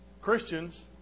Christians